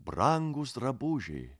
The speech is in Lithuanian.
brangūs drabužiai